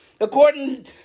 according